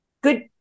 Good